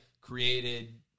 Created